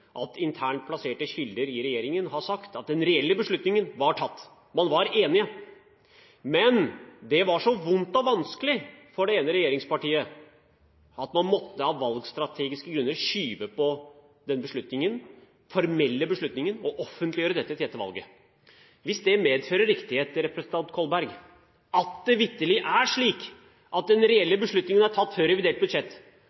at internt plasserte kilder i regjeringen har sagt at den reelle beslutningen var tatt. Man var enige. Men det var så vondt og vanskelig for det ene regjeringspartiet at man måtte av valgstrategiske grunner skyve på den formelle beslutningen og offentliggjøre dette etter valget. Hvis det medfører riktighet, representant Kolberg, at det vitterlig er slik at den